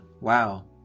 Wow